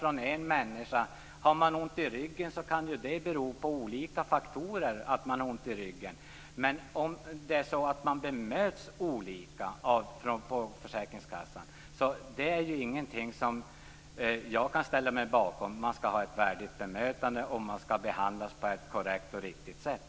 Att man har ont i ryggen kan ju bero på olika faktorer. Men att man bemöts på olika sätt av de olika försäkringskassorna är inte någonting som jag kan ställa mig bakom. Man skall ha ett värdigt bemötande och behandlas på ett korrekt och riktigt sätt.